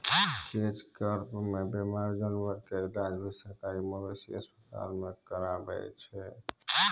catch कार्प नॅ बीमार जानवर के इलाज भी सरकारी मवेशी अस्पताल मॅ करावै छै